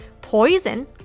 poison